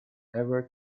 ever